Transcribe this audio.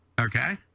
Okay